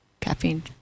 caffeine